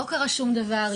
לא קרה שום דבר,